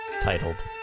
titled